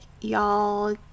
y'all